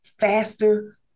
faster